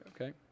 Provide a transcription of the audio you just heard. okay